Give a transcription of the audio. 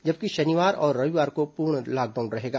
जबकि शनिवार और रविवार को पूर्ण लॉकडाउन रहेगा